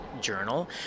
journal